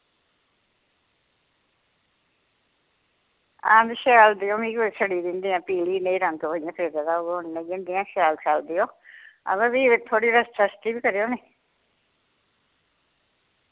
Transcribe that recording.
हां ते शैल देओ मी कोई सड़ी दी नि दियां पीली देई रंग हो इ'यां फिरे दा ओह् शैल शैल देओ हां अवा फ्ही थोह्ड़ी सस्ती बी करेओ नी